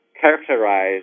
characterize